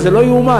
אבל זה לא ייאמן,